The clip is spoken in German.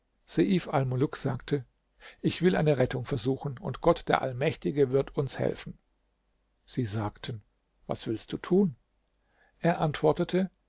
sagte ich will eine rettung versuchen und gott der allmächtige wird uns helfen sie sagten was willst du tun er antwortete